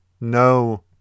No